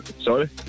Sorry